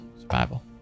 survival